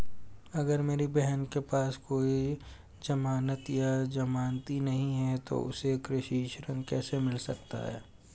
अगर मेरी बहन के पास कोई जमानत या जमानती नहीं है तो उसे कृषि ऋण कैसे मिल सकता है?